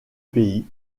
pays